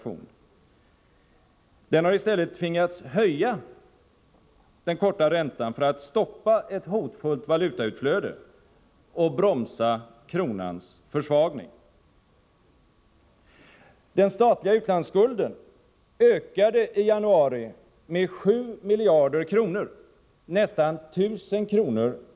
Regeringen har i stället tvingats höja den korta räntan, för att stoppa ett hotfullt valutautflöde och för att bromsa kronans försvagning. Den statliga utlandsskulden ökade i januari med 7 miljarder kronor, med nästan 1 000 kr.